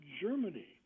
Germany